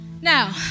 Now